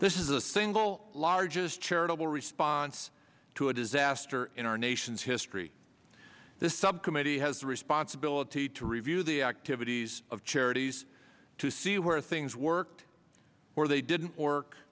this is a thing goal largest charitable sponsor to a disaster in our nation's history the subcommittee has a responsibility to review the activities of charities to see where things work where they didn't work